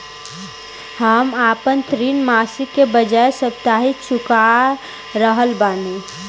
हम आपन ऋण मासिक के बजाय साप्ताहिक चुका रहल बानी